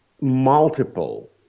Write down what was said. multiple